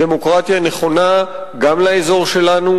הדמוקרטיה נכונה גם לאזור שלנו.